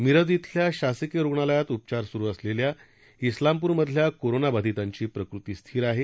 मिरज इथल्या शासकीय रुग्णालयात उपचार सुरू असलेल्या इस्लामपूरमधल्या कोरोना बाधितांची प्रकृती स्थिर आहे